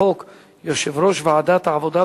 11 בעד,